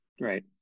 right